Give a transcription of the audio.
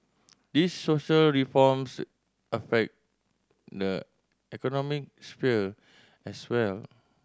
these social reforms affect the economic sphere as well